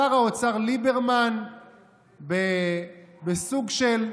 שר האוצר ליברמן בסוג של,